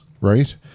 right